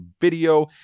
video